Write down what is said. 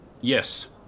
Yes